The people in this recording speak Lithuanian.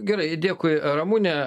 gerai dėkui ramune